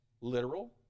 literal